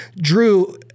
Drew